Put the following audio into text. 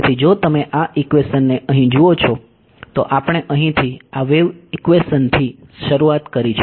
તેથી જો તમે આ ઈક્વેશન ને અહીં જુઓ છો તો આપણે અહીંથી આ વેવ ઈક્વેશનથી શરૂઆત કરી છે